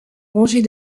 rangées